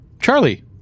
charlie